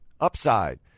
Upside